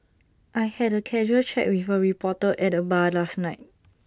I had A casual chat with A reporter at the bar last night